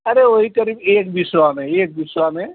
अरे वही करीब एक बिसवा में एक बिसवा में